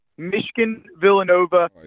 Michigan-Villanova